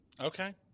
Okay